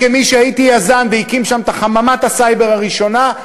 שהייתי יזם והקמתי שם את חממת הסייבר הראשונה,